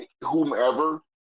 whomever